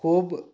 खूब